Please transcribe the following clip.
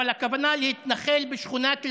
אבל הכוונה: להתנחל בשכונת אל-עג'מי,